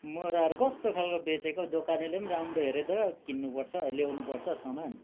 मोराहरू कस्तो खालको बेचेको हौ दोकोनेले पनि राम्रो हेरेर किन्नुपर्छ ल्याउनुपर्छ सामान